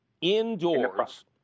indoors